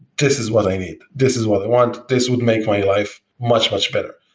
this is what i need. this is what i want. this would make my life much, much better.